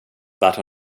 that